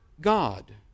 God